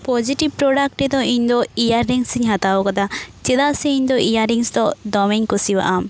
positive productive ᱤᱧ ᱫᱚ earrings ᱤᱧ ᱦᱟᱛᱟᱣ ᱟᱠᱟᱫᱟ ᱪᱮᱫᱟᱜ ᱥᱮ ᱤᱧ ᱫᱚ ᱤᱭᱟᱨ ᱨᱤᱝᱥ ᱫᱚ ᱫᱚ ᱢᱮᱧ ᱠᱩᱥᱤᱭᱟᱜᱼᱟ